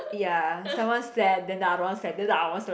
ya someone slept then the other slept then I was